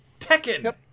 Tekken